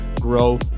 grow